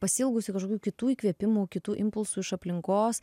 pasiilgusi kažkokių kitų įkvėpimų kitų impulsų iš aplinkos